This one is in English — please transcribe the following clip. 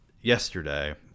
yesterday